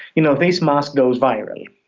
you know this mask goes virally